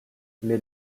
mais